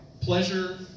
Pleasure